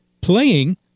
playing